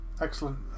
Excellent